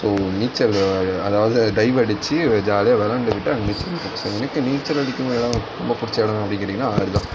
so நீச்சல் அதாவது dive அடித்து ஜாலியாக விளையாண்டுக்கிட்டு இருப்போம் எனக்கு நீச்சல் அடித்த இடோம் ரொம்ப பிடிச்ச இடோம் அப்படினு கேட்டிங்கன்னால் ஆறுதான்